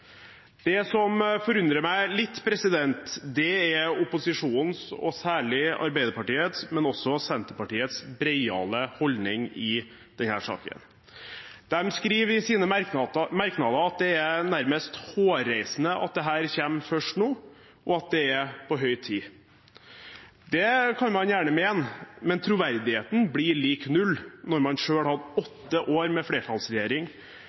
Det som forundrer meg litt, er opposisjonens, særlig Arbeiderpartiets, men også Senterpartiets, breiale holdning i denne saken. De skriver i sine merknader at det er nærmest hårreisende at dette kommer først nå, og at det er på høy tid. Det kan man gjerne mene, men troverdigheten blir lik null når man selv hadde åtte år med flertallsregjering